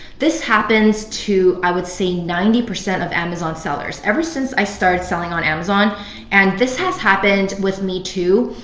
this happens to, i would say ninety percent of amazon sellers. ever since i started selling on amazon and this has happened with me too,